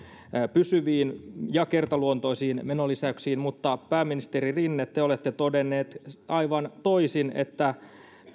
pysyviin ja kertaluontoisiin menolisäyksiin mutta pääministeri rinne te olette todennut aivan toisin että